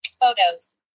photos